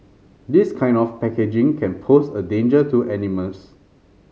this kind of packaging can pose a danger to animals